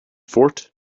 fort